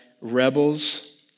rebels